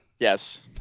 Yes